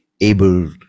able